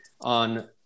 on